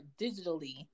digitally